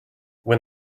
when